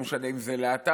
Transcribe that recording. לא משנה אם זה להט"בים,